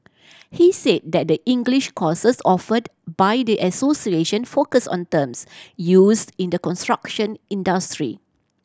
he said that the English courses offered by the association focus on terms used in the construction industry